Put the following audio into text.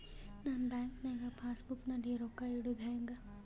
ನಾ ಬ್ಯಾಂಕ್ ನಾಗ passbook ನಲ್ಲಿ ರೊಕ್ಕ ಇಡುದು ಹ್ಯಾಂಗ್?